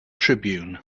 tribune